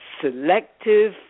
selective